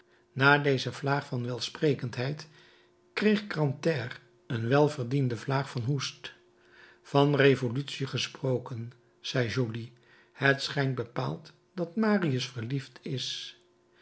na deze vlaag van welsprekendheid kreeg grantaire een welverdiende vlaag van hoest van revolutie gesproken zei joly het schijnt bepaald dat marius verliefd is